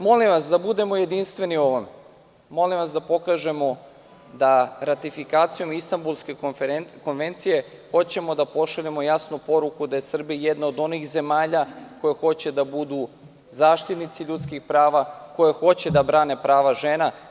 Molim vas da budemo jedinstveni u ovome, da pokažemo da ratifikacijom Istanbulske Konvencije, hoćemo da pošaljemo jasnu poruku da je Srbija jedna od onih zemalja koja hoće da bude zaštitnik ljudskih prava, koja hoće da brani prava žena.